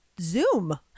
zoom